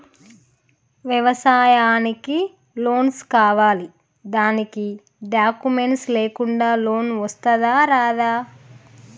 వ్యవసాయానికి లోన్స్ కావాలి దానికి డాక్యుమెంట్స్ లేకుండా లోన్ వస్తుందా రాదా?